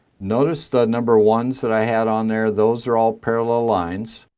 notice the number ones that i had on there, those are all parallel lines.